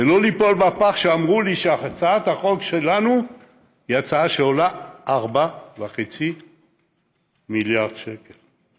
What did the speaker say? ולא ליפול בפח שאמרו לי שיצא שהצעת החוק שלנו עולה 4.5 מיליארד שקל.